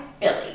billy